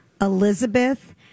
Elizabeth